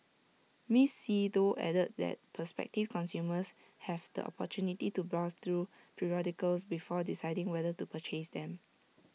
miss see Tho added that prospective consumers have the opportunity to browse through periodicals before deciding whether to purchase them